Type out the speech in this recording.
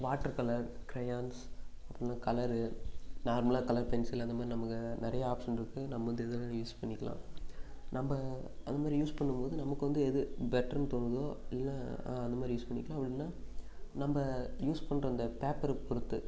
water colour crayons இல்லைனா colour நார்மலாக colour pencil அந்த மாதிரி நமக்கு நிறையா ஆப்ஷன் இருக்கு நம்ம வந்து எது வேணாலும் யூஸ் பண்ணிக்கலாம் நம்ம அது மாதிரி யூஸ் பண்ணும் போது நமக்கு வந்து எது பெட்டருன்னு தோணுதோ இல்லை அந்த மாதிரி யூஸ் பண்ணிக்கலாம் இல்லைனா நம்ம யூஸ் பண்ணுற அந்த பேப்பரை பொறுத்து